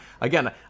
again